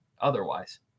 otherwise